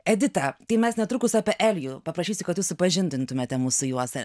edita tai mes netrukus apie elijų paprašysiu kad jūs supažindintumėte mus su juose